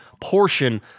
portion